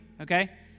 okay